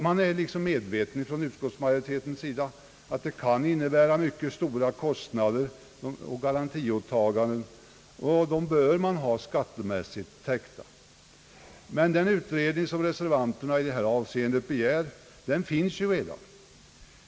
Man är liksom medveten från utskottsmajoritetens sida om att garantiåtaganden kan innebära stora kostnader, som bör vara skattemässigt täckta. Den utredning som reservanterna begär finns dock redan.